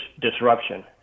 disruption